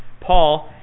Paul